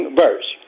verse